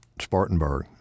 Spartanburg